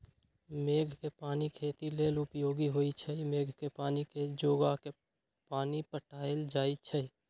मेघ कें पानी खेती लेल उपयोगी होइ छइ मेघ के पानी के जोगा के पानि पटायल जाइ छइ